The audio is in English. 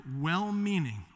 well-meaning